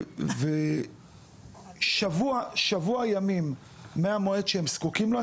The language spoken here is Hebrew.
שבוע ימים מהמועד שהם זקוקים לו,